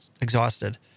exhausted